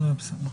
אבל בסדר.